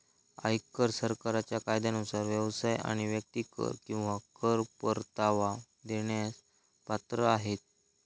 आयकर सरकारच्या कायद्यानुसार व्यवसाय आणि व्यक्ती कर किंवा कर परतावा देण्यास पात्र आहेत